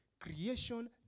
Creation